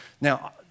Now